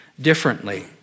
differently